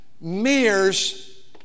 mirrors